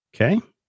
Okay